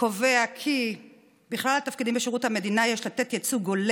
קובע כי בכלל התפקידים בשירות המדינה יש לתת ייצוג הולם